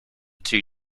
two